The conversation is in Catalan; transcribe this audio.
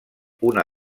una